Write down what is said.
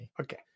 okay